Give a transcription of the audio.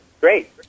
great